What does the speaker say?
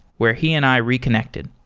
where he and i reconnected.